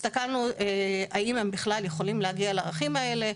הסתכלנו האם הם בכלל יכולים להגיע לערכים האלה,